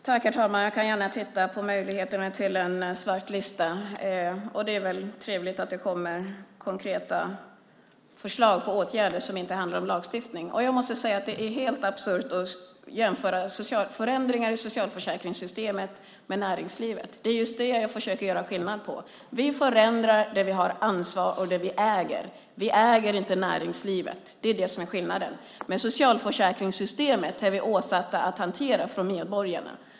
Herr talman! Jag ska gärna titta på möjligheterna till en sådan lista. Det är trevligt att det kommer konkreta förslag på åtgärder som inte handlar om lagstiftning. Det är helt absurt att jämföra förändringar i socialförsäkringssystemet med näringslivet. Det är den skillnaden jag försöker beskriva. Vi förändrar det vi har ansvar för och det vi äger. Vi äger inte näringslivet. Det är skillnaden. Socialförsäkringssystemet är vi av medborgarna satta att hantera.